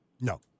No